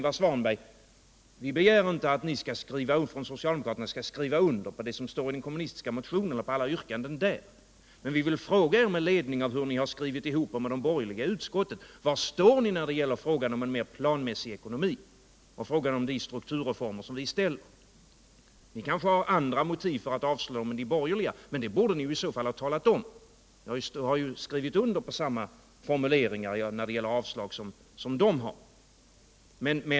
Vi begär inte att socialdemokraterna skall skriva under på det som står i den kommunistiska motionen eller på alla yrkanden där, men med ledning av hur socialdemokraterna har skrivit ihop sig med de borgerliga i utskottet vill jag fråga Ingvar Svanberg: Var står ni när det gäller frågan om en mer planmässig ekonomi och frågan om de strukturreformer som vi föreslår? Ni kanske har andra motiv för att avslå än de borgerliga, men det borde ni i så fall ha talat om, för ni har ju skrivit under på samma formuleringar när det gäller avslaget som de har.